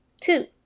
Two